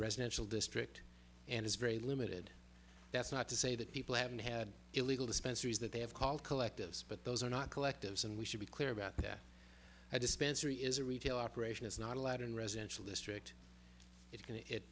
residential district and it's very limited that's not to say that people haven't had illegal dispensaries that they have called collectives but those are not collectives and we should be clear about that a dispensary is a retail operation is not allowed in residential district it